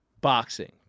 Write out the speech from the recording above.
boxing